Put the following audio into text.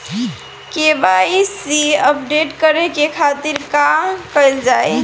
KYC update करे के खातिर का कइल जाइ?